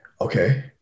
okay